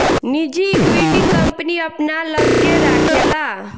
निजी equity, company अपना लग्गे राखेला